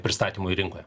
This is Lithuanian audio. pristatymui rinkoje